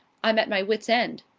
i'm at my wit's end.